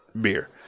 beer